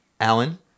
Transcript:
Alan